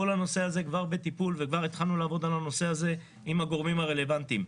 כל הנושא הזה כבר בטיפול וכבר התחלנו לעבוד עליו עם הגורמים הרלוונטיים.